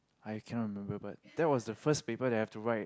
I cannot remember but that was the first paper that I have to write